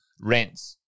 rents